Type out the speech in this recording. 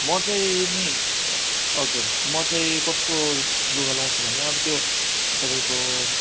म चाहिँ नि हजुर म चाहिँ कस्तो लुगा लाउँछु भने अब त्यो तपाईँको